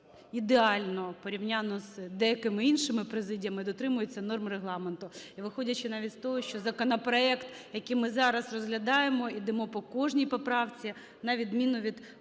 ідеально, порівняно з деякими іншими президіями, дотримується норм Регламенту. І, виходячи навіть з того, що законопроект, який ми зараз розглядаємо, і йдемо по кожній поправці на відміну від